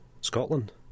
Scotland